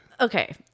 Okay